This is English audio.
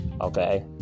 Okay